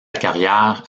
carrière